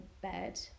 bed